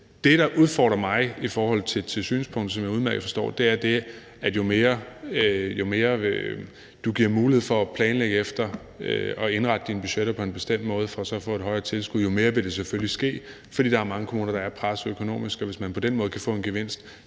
det, der udfordrer mig i forhold til synspunktet, som jeg udmærket forstår, er det, at jo mere du giver mulighed for at planlægge efter at indrette dine budgetter på en bestemt måde for så at få et højere tilskud, jo mere vil det selvfølgelig ske. For der er mange kommuner, der er presset økonomisk, og hvis man på den måde kan få en gevinst,